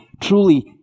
Truly